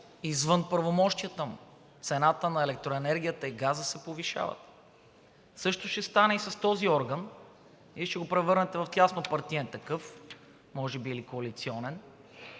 извън правомощията му – цените на електроенергията и газа се повишават. Същото ще стане и с този орган и ще го превърнете в тяснопартиен такъв може би, или коалиционен,